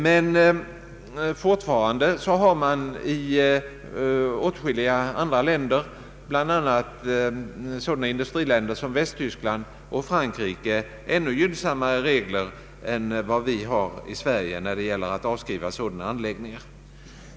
Men fortfarande har man i åtskilliga andra länder — bl.a. sådana industriländer som Västtyskland och Frankrike — ännu gynnsammare regler för avskrivningar på miljövårdsanläggningar än vi har i Sverige.